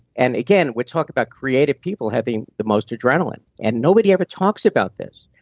and again, we're talking about creative people having the most adrenaline, and nobody ever talks about this.